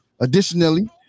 Additionally